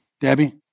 Debbie